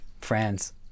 friends